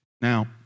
Now